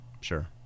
sure